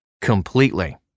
completely